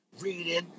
Reading